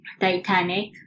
Titanic